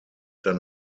dann